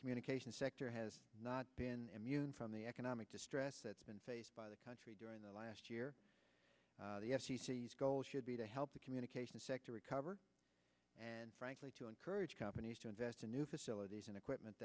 communication sector has not been immune from the economic distress that's been faced by the country during the last year the goal should be to help the communication sector recover and frankly to encourage companies to invest in new facilities and equipment